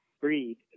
breed